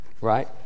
right